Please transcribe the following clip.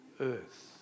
earth